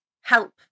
help